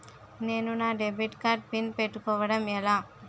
నేను నా debit card PIN పెట్టుకోవడం ఎలా?